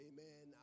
Amen